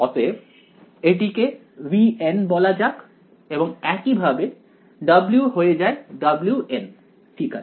অতএব এটিকে VN বলা যাক এবং একইভাবে W হয়ে যায় WN ঠিক আছে